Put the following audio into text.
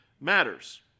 matters